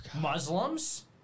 Muslims